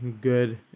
good